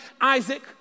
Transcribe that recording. Isaac